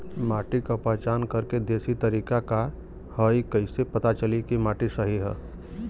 माटी क पहचान करके देशी तरीका का ह कईसे पता चली कि माटी सही ह?